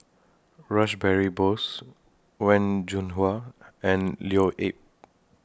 Rash Behari Bose Wen Jinhua and Leo Yip